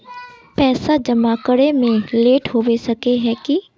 पैसा जमा करे में लेट होबे सके है की?